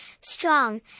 strong